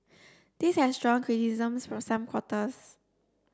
this has drawn criticisms from some quarters